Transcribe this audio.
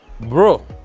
Bro